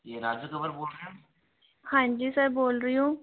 हाँ जी सर बोल रही हूँ